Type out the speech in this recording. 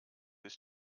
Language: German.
ist